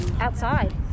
outside